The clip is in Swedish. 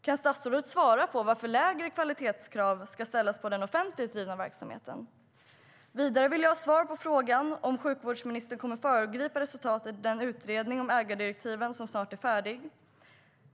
Kan statsrådet svara på varför lägre kvalitetskrav ska ställas på den offentligt drivna verksamheten? Vidare vill jag ha svar på frågan om sjukvårdsministern kommer att föregripa resultatet i den utredning om ägardirektiven som snart är färdig.